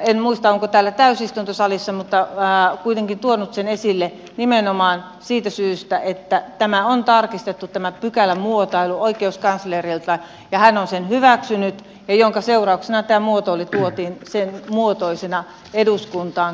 en muista onko täällä täysistuntosalissa mutta kuitenkin tuonut sen esille nimenomaan siitä syystä että tämä pykälämuotoilu on tarkistettu oikeuskanslerilta ja hän on sen hyväksynyt minkä seurauksena tämä muotoilu tuotiin sen muotoisena eduskuntaan käsittelyyn